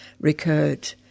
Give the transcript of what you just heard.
recurred